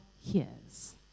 hears